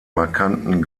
markanten